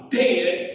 dead